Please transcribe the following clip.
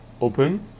open